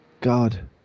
god